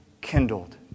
kindled